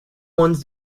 ones